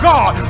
God